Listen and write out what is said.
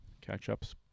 Catch-ups